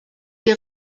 des